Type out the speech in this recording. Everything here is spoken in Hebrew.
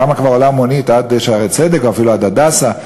כמה כבר עולה מונית עד "שערי צדק" ואפילו עד "הדסה",